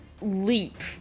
leap